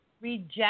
reject